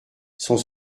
sont